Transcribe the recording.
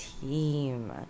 team